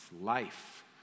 life